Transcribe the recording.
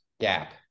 gap